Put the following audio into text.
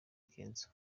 kenzo